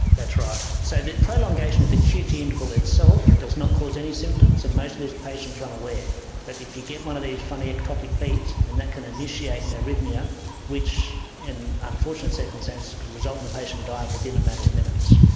that's right. so the prolongation of the qt interval itself does not cause any symptoms and most of these patients are unaware but if you get one of these funny ectopic beats and that can initiate an arrhythmia which in unfortunate circumstances can result in the patient dying within a matter of minutes.